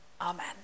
amen